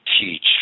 teach